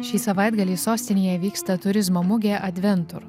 šį savaitgalį sostinėje vyksta turizmo mugė adventur